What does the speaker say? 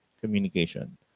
communication